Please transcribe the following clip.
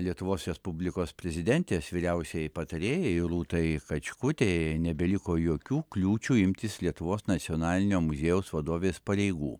lietuvos respublikos prezidentės vyriausiajai patarėjai rūtai kačkutei nebeliko jokių kliūčių imtis lietuvos nacionalinio muziejaus vadovės pareigų